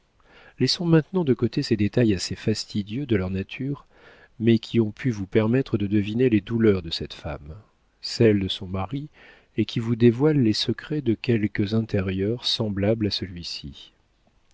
laissons maintenant de côté ces détails assez fastidieux de leur nature mais qui ont pu vous permettre de deviner les douleurs de cette femme celles de son mari et qui vous dévoilent les secrets de quelques intérieurs semblables à celui-ci